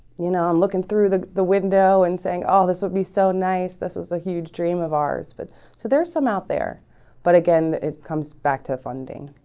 you know, i'm looking through the the window and saying oh this would be so nice this is a huge dream of ours but so there's some out there but again it comes back to funding